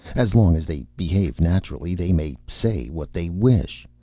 as long as they behave naturally they may say what they wish.